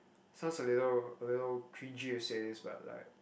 sounds a little a little to cringy to say this but like